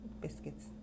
Biscuits